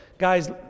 Guys